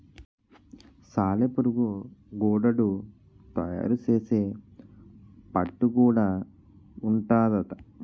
సాలెపురుగు గూడడు తయారు సేసే పట్టు గూడా ఉంటాదట